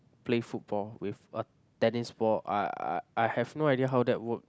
play football with a tennis ball I I I have no idea how that work